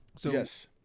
Yes